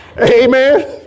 Amen